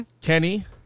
Kenny